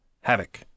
Havoc